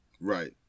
right